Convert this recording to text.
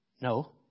No